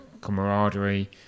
camaraderie